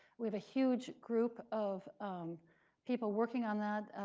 we have a huge group of people working on that.